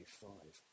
five